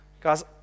Guys